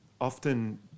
often